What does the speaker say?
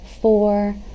Four